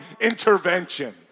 intervention